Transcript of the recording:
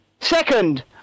Second